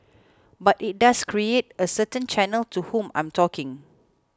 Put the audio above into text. but it does create a certain channel to whom I'm talking